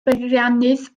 beiriannydd